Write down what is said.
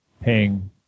paying